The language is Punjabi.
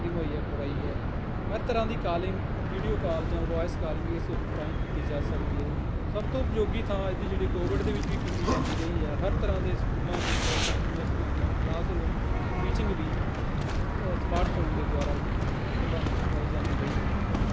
ਫੇਸਿਲੀਟੀ ਮੁਹੱਈਆ ਕਰਵਾਈ ਹੈ ਹਰ ਤਰ੍ਹਾਂ ਦੀ ਕਾਲਿੰਗ ਵੀਡਿਓ ਕਾਲ ਜਾਂ ਵੁਆਇਸ ਕਾਲ ਇਸ ਰਾਹੀਂ ਕੀਤੀ ਜਾ ਸਕਦੀ ਹੈ ਸਭ ਤੋਂ ਉਪਯੋਗੀ ਥਾਂ ਇਹਦੀ ਜਿਹੜੀ ਕੋਵਿਡ ਦੇ ਵਿੱਚ ਵੀ ਕੀਤੀ ਜਾਂਦੀ ਰਹੀ ਹੈ ਹਰ ਤਰ੍ਹਾਂ ਦੇ ਸਕੂਲਾਂ ਦੀ ਕਾਲਜਾਂ ਯੂਨੀਵਰਸਿਟੀਆਂ ਦੀਆਂ ਕਲਾਸ ਰੂਮ ਟੀਚਿੰਗ ਵੀ ਅ ਸਮਾਰਟ ਫ਼ੋਨ ਦੇ ਦੁਆਰਾ ਹੀ ਕਰਵਾਦੀ ਕਰਵਾਈ ਜਾਂਦੀ ਰਹੀ ਹੈ